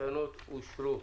התקנות אושרו.